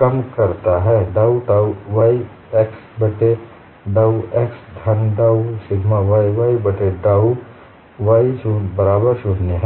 कम करता है डाउ टाउ y x बट्टे डाउ x धन डाउ सिग्मा y y बट्टे डाउ y बराबर 0 है